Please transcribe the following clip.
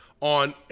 on